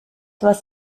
was